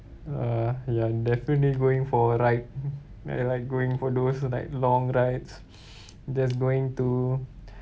uh ya definitely going for a ride like going for those like long rides just going to